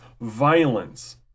violence